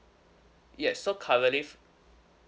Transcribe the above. yes so currently